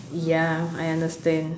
ya I understand